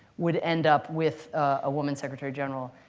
would end up with a woman secretary-general.